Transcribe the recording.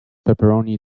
pepperoni